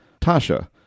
Tasha